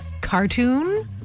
cartoon